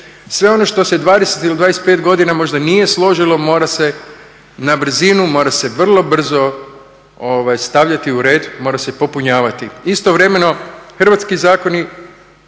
Sve ono što se 20 ili 25 godina možda nije složilo mora se na brzinu, mora se vrlo brzo stavljati u red, mora se popunjavati. Istovremeno hrvatski zakoni